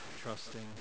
trusting